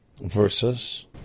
versus